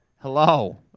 Hello